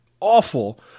awful